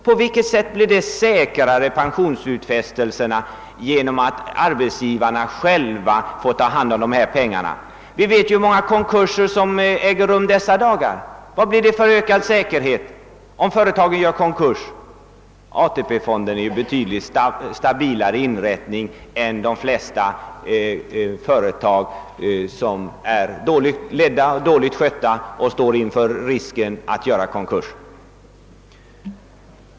På vilket sätt blir pensionsutfästelserna säkrare om arbetsgivarna själva får ta hand om de pengar det gäller? Vi vet hur många konkurser som äger rum i dessa dagar. Hur kan säkerheten öka för pensionsutfästelserna när ett företag gör konkurs? ATP-fonderna är ju betydligt stabilare inrättningar än de flesta av de företag, som är dåligt ledda och dåligt skötta och som står inför risken att göra konkurs.